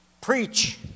Preach